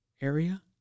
area